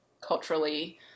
culturally